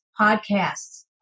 podcasts